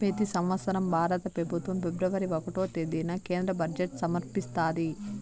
పెతి సంవత్సరం భారత పెబుత్వం ఫిబ్రవరి ఒకటో తేదీన కేంద్ర బడ్జెట్ సమర్పిస్తాది